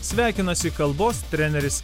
sveikinasi kalbos treneris